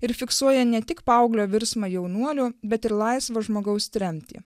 ir fiksuoja ne tik paauglio virsmą jaunuoliu bet ir laisvo žmogaus tremtį